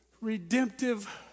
redemptive